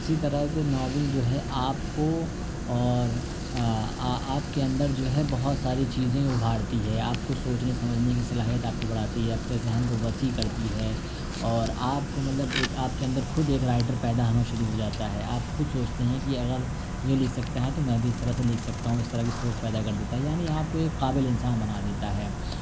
اسی طرح سے ناول جو ہے آپ کو اور آپ کے اندر جو ہے بہت ساری چیزیں ابھارتی ہے آپ کو سوچنے سمجھنے کی صلاحیت آپ کی بڑھاتی ہے آپ کی ذہن کو وسیع کرتی ہے اور آپ کو مطلب ایک آپ کے اندر خود ایک رائٹر پیدا ہونا شروع ہو جاتا ہے آپ خود سوچتے ہیں کہ اگر یہ لکھ سکتا ہے تو میں بھی اس طرح سے لکھ سکتا ہوں اس طرح کی سوچ پیدا کر دیتا ہے یعنی آپ کو ایک قابل انسان بنا دیتا ہے